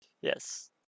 Yes